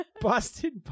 busted